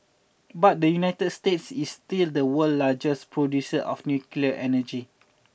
but the United States is still the world largest producer of nuclear energy